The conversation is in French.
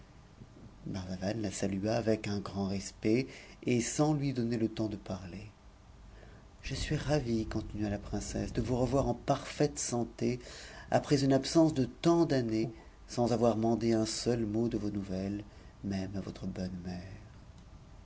la salua avec un grand respect et sans lui donner le tcnm s de parler je suis ravie continua la princesse de vous revoir en pwfaite santé après une absence de tant d'années sans avoir mandé un seul mot de vos nouvelles même à votre bonne mère